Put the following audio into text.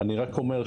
אני רק אומר,